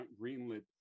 greenlit